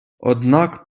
однак